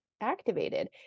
activated